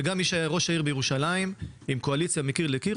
כמי שהיה ראש העיר בירושלים עם קואליציה מקיר לקיר,